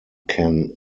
can